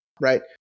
right